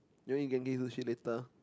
you want eat Genki-Sushi later